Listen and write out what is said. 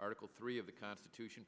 article three of the constitution